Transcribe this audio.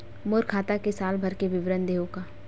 मोर खाता के साल भर के विवरण देहू का?